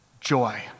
Joy